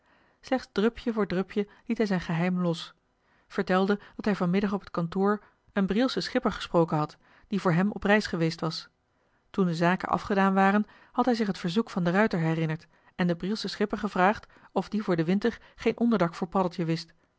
slechts drupje voor drupje liet hij zijn geheim los vertelde dat hij vanmiddag op het kantoor een brielschen schipper gesproken had die voor hem op reis geweest was toen de zaken afgedaan waren had hij zich het verzoek van de ruijter herinnerd en den brielschen schipper gevraagd of die voor den winter geen onderdak voor paddeltje wist